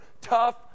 tough